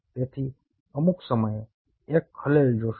તેથી અમુક સમયે તમે એક ખલેલ જોશો